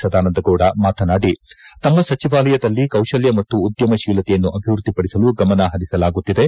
ಸದಾನಂದಗೌಡ ಮಾತನಾಡಿ ತಮ್ಮ ಸಚಿವಾಲಯದಲ್ಲಿ ಕೌಶಲ್ಲ ಮತ್ತು ಉದ್ಯಮ ಶೀಲತೆಯನ್ನು ಅಭಿವೃದ್ದಿಪಡಿಸಲು ಗಮನ ಪರಿಸಲಾಗುತ್ತಿದೆ